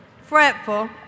fretful